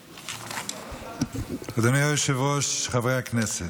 אדוני היושב-ראש, חברי הכנסת,